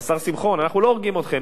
השר שמחון, אנחנו לא הורגים אתכם.